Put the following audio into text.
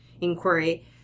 inquiry